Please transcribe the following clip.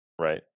right